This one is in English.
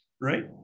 right